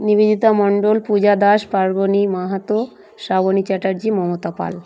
Nivedita Mondal Puja Das Parbani Mahato Shrabani Chatterjee Mamata Pal